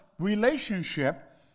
Relationship